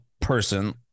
person